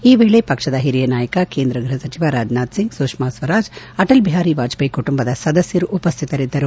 ಈ ವೇಳೆ ಪಕ್ಷದ ಹಿರಿಯ ನಾಯಕ ಕೇಂದ್ರ ಗ್ರಹ ಸಚಿವ ರಾಜನಾಥ್ ಸಿಂಗ್ ಸುಷ್ನಾ ಸ್ವರಾಜ್ ಆಟಲ್ ಬಿಹಾರಿ ವಾಜಪೇಯಿ ಕುಟುಂಬದ ಸದಸ್ನರು ಉಪಸ್ತಿತರಿಸಿದರು